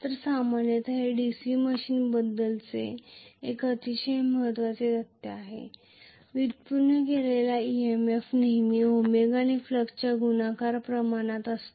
तर सामान्यत हे DC मशीनबद्दलचे एक अतिशय महत्त्वाचे तथ्य आहे व्युत्पन्न केलेला EMF नेहमी ओमेगाने फ्लक्सच्या गुणाकार प्रमाणात असतो